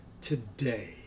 today